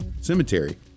cemetery